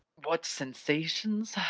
what sensations?